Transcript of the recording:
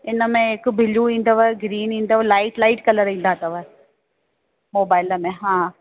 इन में हिकु बिलू ईंदव ग्रीन ईंदव लाईट लाईट कलर ईंदा अथव मोबाइल में हा